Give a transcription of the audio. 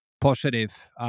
positive